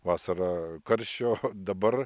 vasarą karščio o dabar